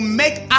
make